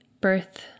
birth